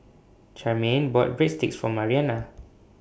Charmaine bought Breadsticks For Marianna